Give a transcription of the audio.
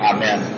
Amen